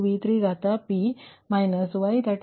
03 degree V3 ಅನ್ನು PQ ಬಸ್ ಪಡೆಯುತ್ತೀರಿ